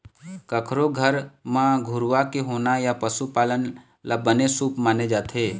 कखरो घर म गरूवा के होना या पशु पालन ल बने शुभ माने जाथे